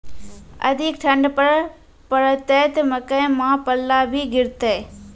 अधिक ठंड पर पड़तैत मकई मां पल्ला भी गिरते?